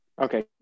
okay